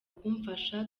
kumfasha